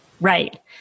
Right